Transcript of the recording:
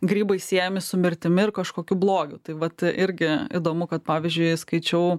grybai siejami su mirtimi ir kažkokiu blogiu tai vat irgi įdomu kad pavyzdžiui skaičiau